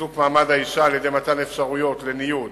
חיזוק מעמד האשה על-ידי מתן אפשרויות לניוד,